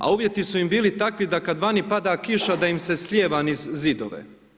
A uvjeti su im bili takvi, da kad vani pada kiša da im se slijeva niz zidove.